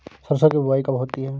सरसों की बुआई कब होती है?